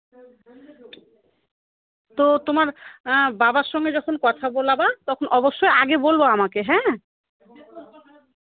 তো তোমার বাবার সঙ্গে যখন কথা বলাবা তখন অবশ্যই আগে বলবা আমাকে হ্যাঁ